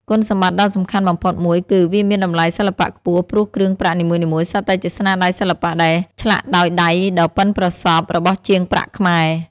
គុណសម្បត្តិដ៏សំខាន់បំផុតមួយគឺ វាមានតម្លៃសិល្បៈខ្ពស់ ព្រោះគ្រឿងប្រាក់នីមួយៗសុទ្ធតែជាស្នាដៃសិល្បៈដែលឆ្លាក់ដោយដៃដ៏ប៉ិនប្រសប់របស់ជាងប្រាក់ខ្មែរ។